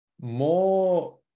more